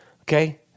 okay